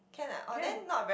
can